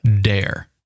dare